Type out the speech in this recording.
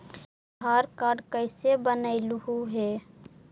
आधार card कईसे बनैलहु हे?